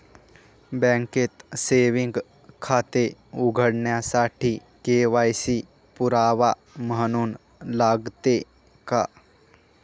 बँकेत सेविंग खाते उघडण्यासाठी के.वाय.सी पुरावा म्हणून लागते का?